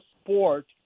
sport